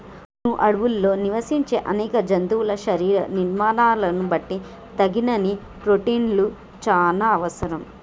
వును అడవుల్లో నివసించే అనేక జంతువుల శరీర నిర్మాణాలను బట్టి తగినన్ని ప్రోటిన్లు చానా అవసరం